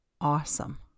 awesome